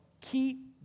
keep